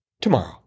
tomorrow